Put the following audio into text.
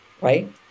right